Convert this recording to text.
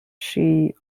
she